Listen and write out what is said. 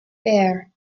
bear